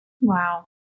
Wow